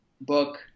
book